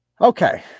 okay